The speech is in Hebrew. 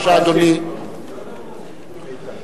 בבקשה, אדוני.